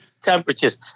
temperatures